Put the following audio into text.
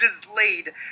delayed